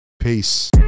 Peace